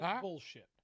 Bullshit